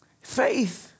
Faith